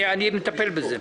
אני מטפל בזה.